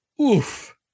Oof